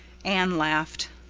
anne laughed.